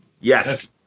yes